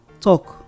talk